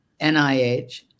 NIH